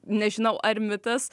nežinau ar mitas